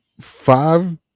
five